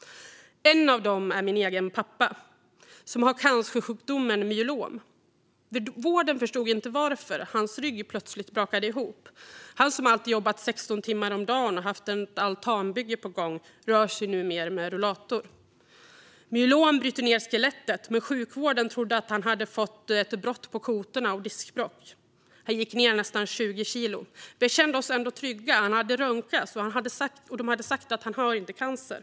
En av dessa människor är min pappa, som har cancersjukdomen myelom. Vården förstod inte varför hans rygg plötsligt brakade ihop. Han som alltid jobbat 16 timmar om dagen och haft ett altanbygge på gång rör sig numera med rullator. Myelom bryter ned skelettet, men sjukvården trodde att han hade fått ett brott på kotorna och diskbråck. Han gick ned nästan 20 kilo. Vi kände oss ändå trygga. Han hade röntgats, och de hade sagt att han inte hade cancer.